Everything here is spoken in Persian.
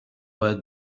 باید